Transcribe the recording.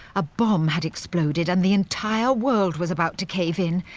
a bomb had exploded, and the entire world was about to cave in.